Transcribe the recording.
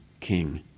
king